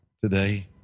today